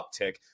uptick